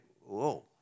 whoa